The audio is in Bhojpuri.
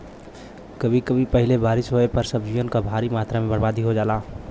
कभी कभी पहिले बारिस होये पर सब्जियन क भारी मात्रा में बरबादी हो जाला